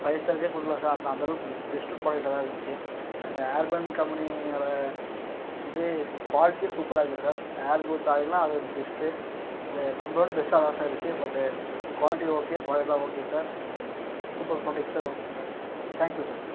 five star rate கொடுக்கலாம் sir அந்த அந்தளவுக்கு பெஸ்ட்டு புராடக்ட்டாக தான் இருந்துச்சு அந்த ஹேர் பிராண்ட் கம்பெனியோடய இது குவாலிட்டி சூப்பராக இருக்கும் சார் ஹேர் குரோத் ஆயில்னா அது பெஸ்ட்டு இது நம்பர் ஒன் பெஸ்ட்டாக தான் சார் இருக்கும் பட் குவாலிட்டி ஓகே புராடக்ட்லாம் okay sir super quality sir okay sir thank you sir